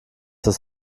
das